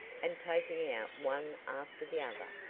and taking out one after the other,